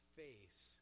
face